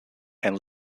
and